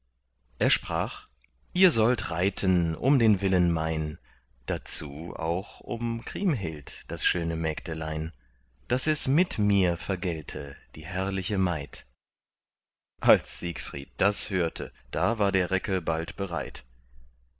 er sprach ihr sollt reiten um den willen mein dazu auch um kriemhild das schöne mägdelein daß es mit mir vergelte die herrliche maid als siegfried das hörte da war der recke bald bereit